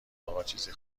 آقاچیزی